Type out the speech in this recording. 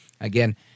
again